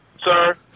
Sir